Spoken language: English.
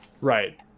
Right